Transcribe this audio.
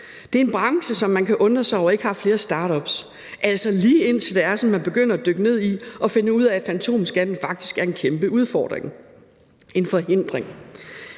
Det er en branche, som man kan undre sig over ikke har flere startups, altså lige indtil man begynder at dykke ned i det og finder ud af, at fantomskatten faktisk er en kæmpe udfordring – en forhindring.